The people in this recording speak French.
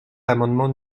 l’amendement